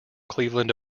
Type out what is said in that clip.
cleveland